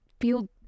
feel